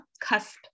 cusp